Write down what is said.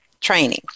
training